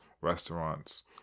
restaurants